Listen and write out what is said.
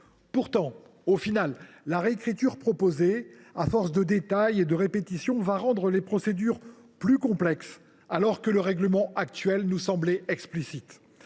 Pourtant, la réécriture proposée, à force de détails et de répétitions, aboutira à rendre les procédures plus complexes, alors que le règlement actuel nous semble explicite.